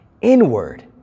inward